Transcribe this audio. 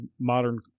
modern